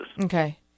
Okay